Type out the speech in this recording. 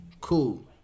Cool